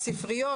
הספריות,